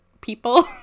people